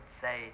say